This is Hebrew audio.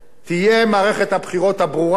תהיה מערכת הבחירות הברורה,